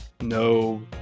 No